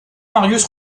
marius